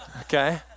okay